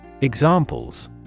Examples